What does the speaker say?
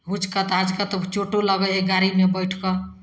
हुचकत हाचकत चोटो लगै हइ गाड़ीमे बैठिकऽ